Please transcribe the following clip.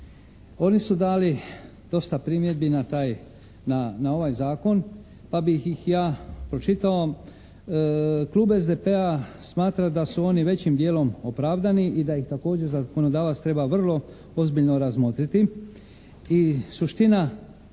Oni su dali dosta primjedbi na taj, na ovaj zakon pa bi ih ja pročitao. Klub SDP-a smatra da su oni većim dijelom opravdani i da ih također zakonodavac treba vrlo ozbiljno razmotriti